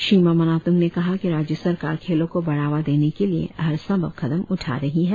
श्री मामा नातुंग ने कहा कि राज्य सरकार खेलों को बढ़ावा देने के लिए हर संभव कदम उठा रही है